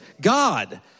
God